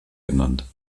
genannt